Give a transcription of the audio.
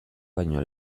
baino